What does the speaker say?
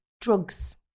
Drugs